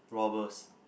robbers